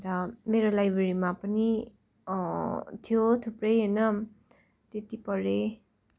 अन्त मेरो लाइब्रेरीमा पनि थियो थुप्रै होइन त्यति पढेँ